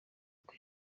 uko